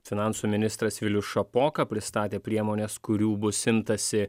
finansų ministras vilius šapoka pristatė priemones kurių bus imtasi